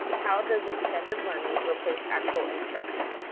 how does extended learning replace actual instruction?